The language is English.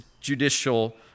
judicial